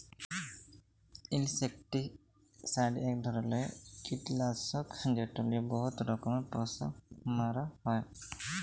insecticide ইক ধরলের কিটলাসক যেট লিয়ে বহুত রকমের পোকা মারা হ্যয়